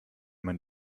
man